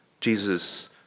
Jesus